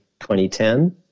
2010